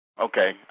okay